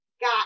got